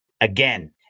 again